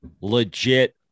legit